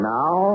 now